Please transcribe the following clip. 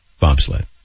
bobsled